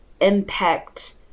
impact